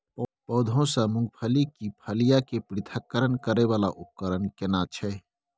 पौधों से मूंगफली की फलियां के पृथक्करण करय वाला उपकरण केना छै?